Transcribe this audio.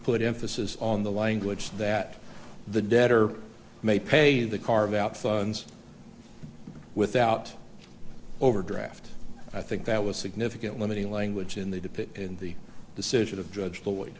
put emphasis on the language that the debtor may pay the carve out funds without overdraft i think that was significant limiting language in the dip it in the decision of judge the way